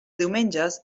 diumenges